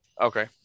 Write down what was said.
okay